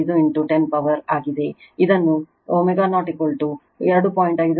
5 10 power ಆಗಿದೆ ಇದನ್ನು ω0 2